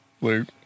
Luke